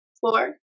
Four